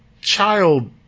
child